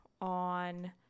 on